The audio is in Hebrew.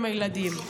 עם הילדים.